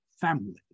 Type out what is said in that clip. family